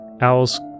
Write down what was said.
owls